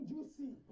Juicy